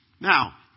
Now